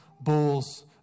bulls